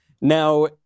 Now